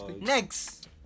Next